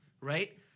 right